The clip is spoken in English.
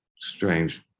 strange